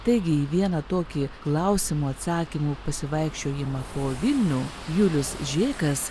taigi į vieną tokį klausimų atsakymų pasivaikščiojimą po vilnių julius žėkas